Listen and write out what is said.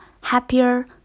happier